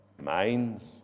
minds